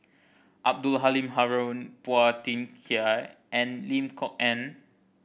Abdul Halim Haron Phua Thin Kiay and Lim Kok Ann